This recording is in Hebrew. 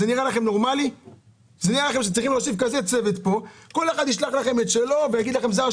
האם זה נראה לכם נורמלי שכל אחד מהיושבים פה ישלח לכם את הרשימות שלו,